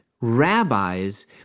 Rabbis